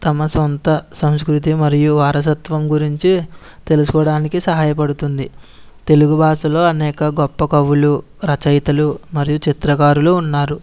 తమ సొంత సంస్కృతి మరియు వారసత్వం గురించి తెలుసుకోవడానికి సహాయపడుతుంది తెలుగు భాషలో అనేక గొప్ప కవులు రచయితలు మరియు చిత్రకారులు ఉన్నారు